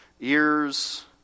ears